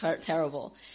terrible